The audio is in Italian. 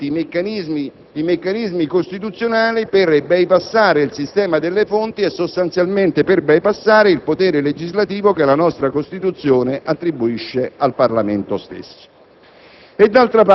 strumentalmente i meccanismi costituzionali per bypassare il sistema delle fonti e sostanzialmente il potere legislativo che la nostra Costituzione attribuisce al Parlamento.